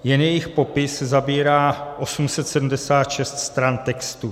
Jen jejich popis zabírá 876 stran textu.